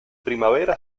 primavera